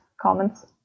comments